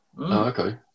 okay